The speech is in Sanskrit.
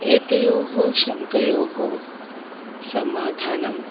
एतयोः शङ्कयोः समाधानं